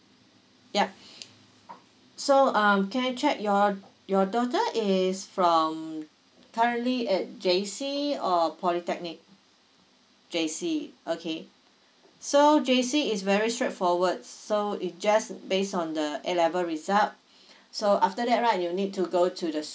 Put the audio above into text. yup so um can I check your your daughter is from currently at J_C or polytechnic J_C okay so J_C is very straightforward so it just based on the A level result so after that right you need to go to the